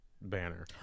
banner